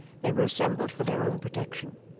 they were assembled for their own protection,